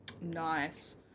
Nice